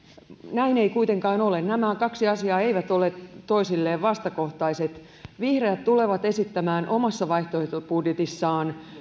näin ei kuitenkaan ole nämä kaksi asiaa eivät ole toisilleen vastakohtaiset vihreät tulevat esittämään omassa vaihtoehtobudjetissaan